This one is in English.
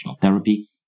therapy